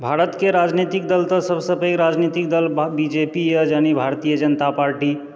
भारतके राजनीतिक दल तऽ सब सँ पैघ राजनीतिक दल बीजेपी यऽ यानि भारतीय जनता पार्टी